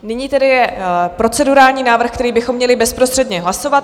Nyní tedy je procedurální návrh, který bychom měli bezprostředně hlasovat.